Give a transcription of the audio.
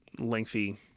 lengthy